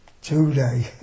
Today